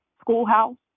schoolhouse